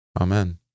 Amen